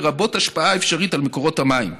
לרבות השפעה אפשרית על מקורות המים.